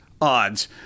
odds